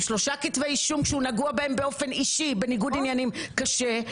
עם שלושה כתבי אישום כשהוא נגוע בהם באופן אישי בניגוד עניינים קשה.